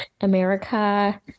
America